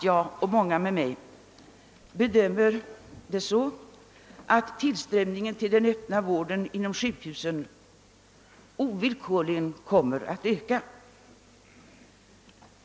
Jag och många med mig bedömer liäget så, att anstormningen mot den öppna vården inom sjukhusen ovillkorligen kommer att öka.